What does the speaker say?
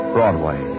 Broadway